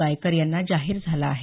गायकर यांना जाहीर झाला आहे